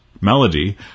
Melody